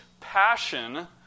passion